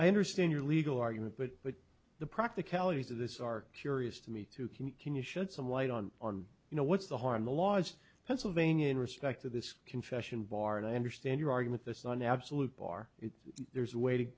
i understand your legal argument but but the practicalities of this arc curious to me to continue should some white on on you know what's the harm the laws pennsylvania in respect to this confession bar and i understand your argument this is an absolute bar if there's a way to